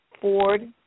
Ford